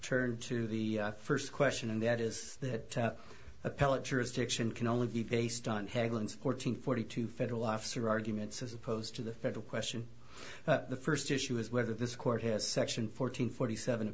turn to the first question and that is that appellate jurisdiction can only be based on haggling fourteen forty two federal officer arguments as opposed to the federal question the first issue is whether this court has section fourteen forty seven